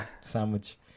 sandwich